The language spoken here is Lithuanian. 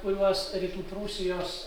kuriuos rytų prūsijos